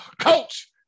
coach